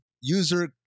user